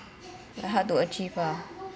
very hard to achieve ah